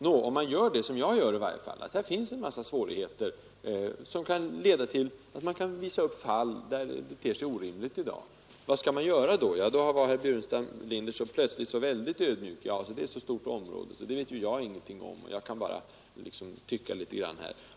Nå, om man gör det — som jag gör i varje fall — och håller med om att här finns en massa svårigheter som kan leda till fall där förhållandena ter sig orimliga i dag, vad skall man göra då? Där blev herr Burenstam Linder plötsligt så väldigt ödmjuk och sade: Det är ett så stort område, så det vet jag ingenting om — jag kan bara liksom tycka litet grand.